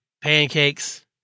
pancakes